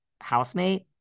housemate